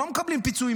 הם לא מקבלים פיצוי.